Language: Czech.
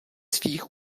svých